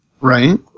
Right